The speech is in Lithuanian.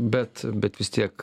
bet bet vis tiek